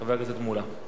לחבר הכנסת מולה.